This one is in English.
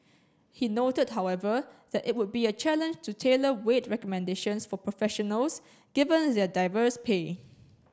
he noted however that it would be a challenge to tailor wage recommendations for professionals given their diverse pay